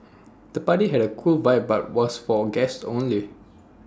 the party had A cool vibe but was for guests only